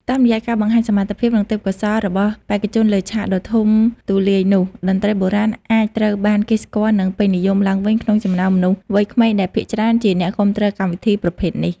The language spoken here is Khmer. តាមរយៈការបង្ហាញសមត្ថភាពនិងទេពកោសល្យរបស់បេក្ខជនលើឆាកដ៏ធំទូលាយនោះ តន្ត្រីបុរាណអាចត្រូវបានគេស្គាល់និងពេញនិយមឡើងវិញក្នុងចំណោមមនុស្សវ័យក្មេងដែលភាគច្រើនជាអ្នកគាំទ្រកម្មវិធីប្រភេទនេះ។